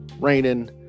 raining